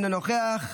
אינו נוכח,